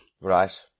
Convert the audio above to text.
Right